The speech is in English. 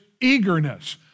eagerness